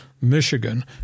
Michigan